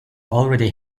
already